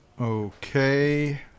Okay